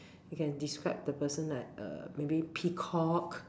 you can describe the person like err maybe peacock